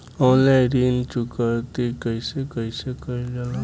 Online ऋण चुकौती कइसे कइसे कइल जाला?